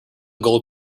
gold